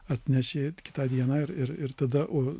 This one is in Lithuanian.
atnešė kitą dieną ir ir tada o